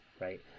right